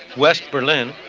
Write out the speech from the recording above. west berlin,